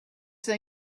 they